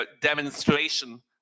demonstration